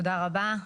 תודה רבה.